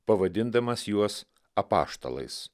pavadindamas juos apaštalais